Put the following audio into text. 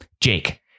Jake